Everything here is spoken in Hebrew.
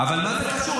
אבל מה זה קשור?